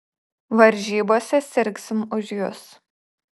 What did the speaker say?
varžybose sirgsim už jus